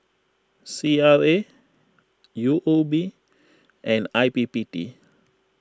C R A U O B and I P P T